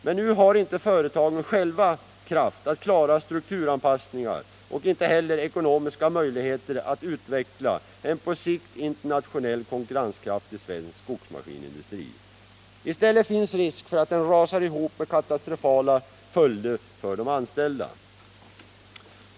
Men nu har inte företagen själva kraft att klara strukturanpassningar och inte heller ekonomiska möjligheter att utveckla en på sikt internationellt konkurrenskraftig svensk skogsmaskinindustri. I stället finns risk för att den rasar ihop, med katastrofala följder för de anställda.